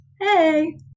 Hey